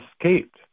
escaped